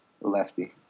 Lefty